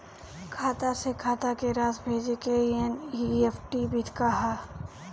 खाता से खाता में राशि भेजे के एन.ई.एफ.टी विधि का ह?